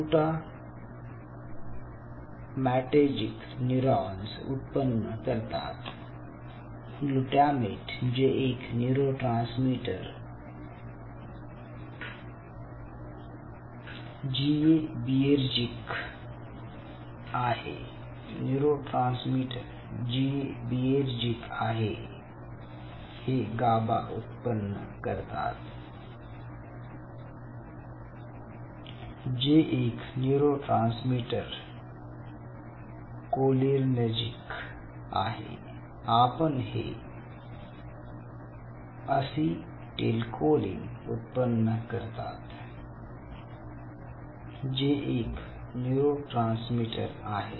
glutamatergic neurons उत्पन्न करतात glutamate जे एक न्यूरोट्रांसमीटर जीएबीएर्जिक आहे न्यूरोट्रांसमीटर जीएबीएर्जिक हे गाबा उत्पन्न करतात जे एक न्यूरोट्रांसमीटर कोलिनेर्जिक आहे आणि हे असिटिल्कोलीन उत्पन्न करतात जे एक न्यूरोट्रांसमीटर आहे